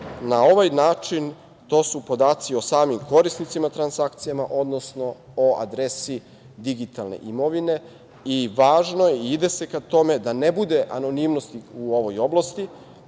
na ovaj način to su podaci o samim korisnicima transakcijama, odnosno o adresi digitalne imovine i važno je i ide se ka tome da ne bude anonimnosti u ovoj oblasti,